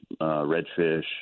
redfish